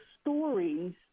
stories